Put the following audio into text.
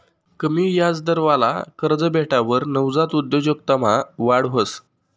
कमी याजदरवाला कर्ज भेटावर नवजात उद्योजकतामा वाढ व्हस